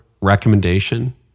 recommendation